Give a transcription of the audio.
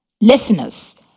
Listeners